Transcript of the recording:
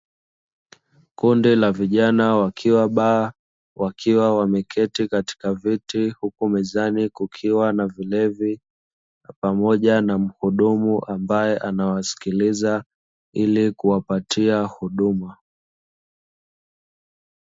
Kundi la vijana wakiwa baa, wakiwa wameketi katika viti huku mezani kukiwa na vilevi, pamoja na mhudumu ambaye anawasikiliza ili kuwapatia huduma.